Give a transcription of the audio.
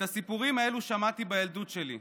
את הסיפורים האלה שמעתי בילדות שלי.